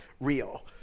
real